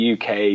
UK